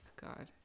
God